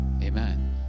amen